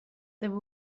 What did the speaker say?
there